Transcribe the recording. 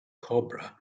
cobra